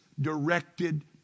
directed